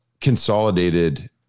consolidated